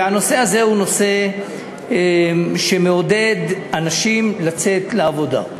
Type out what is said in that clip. והנושא הזה הוא נושא שמעודד אנשים לצאת לעבודה.